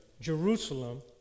Jerusalem